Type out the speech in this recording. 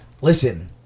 Listen